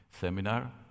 seminar